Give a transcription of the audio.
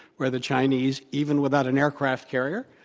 where the chinese, even without an aircraft carrier,